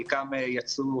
חלקם יצאו,